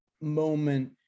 moment